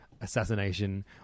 assassination